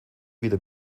wieder